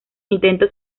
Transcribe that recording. intentos